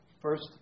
first